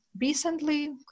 recently